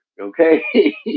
Okay